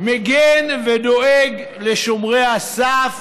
מגן ודואג לשומרי הסף.